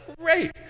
great